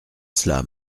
cela